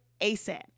ASAP